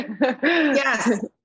Yes